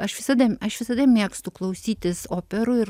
aš visada aš visada mėgstu klausytis operų ir